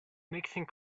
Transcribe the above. mixing